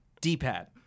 D-pad